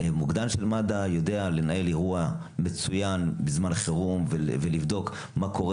מוקדן של מד"א יודע לנהל אירוע מצוין בזמן חירום ולבדוק מה קורה